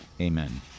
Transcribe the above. Amen